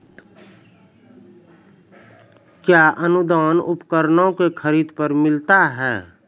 कया अनुदान उपकरणों के खरीद पर मिलता है?